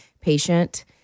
patient